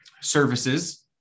services